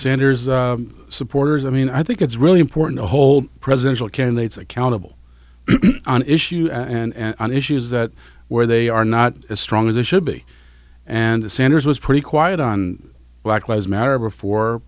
senator's supporters i mean i think it's really important to hold presidential candidates accountable on issue and on issues that where they are not as strong as they should be and the sanders was pretty quiet on black clothes matter before